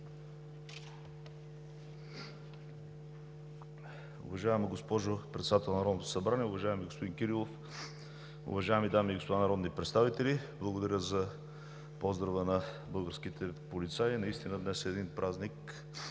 Уважаема госпожо Председател, уважаеми господин Кирилов, уважаеми дами и господа народни представители! Благодаря за поздрава за българските полицаи. Наистина днес е празник,